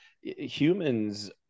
humans